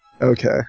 Okay